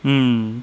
mm